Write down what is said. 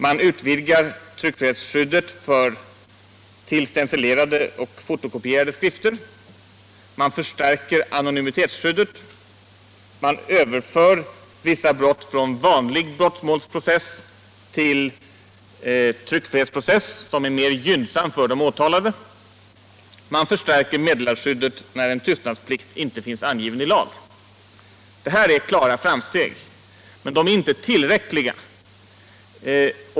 Man utvidgar tryckfrihetsskyddet till stencilerade och fotokopierade skrifter, man förstärker anonymitetsskyddet, man Överför vissa brott från vanlig brottmålsprocess till den för de åtalade mer gynnsamma tryckfrihetsprocessen, och man förstärker meddelarskyddet när en tystnadsplikt inte finns angiven i lag. Detta är klara framsteg, men de är inte tillräckliga.